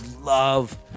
love